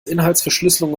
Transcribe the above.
inhaltsverschlüsselung